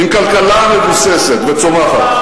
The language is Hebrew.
עם כלכלה מבוססת וצומחת,